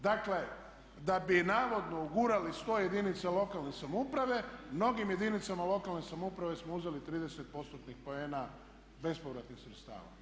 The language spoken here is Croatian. Dakle, da bi navodno ugurali 100 jedinica lokalne samouprave mnogim jedinicama lokalne samouprave smo uzeli 30 postotnih poena bespovratnih sredstava.